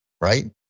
right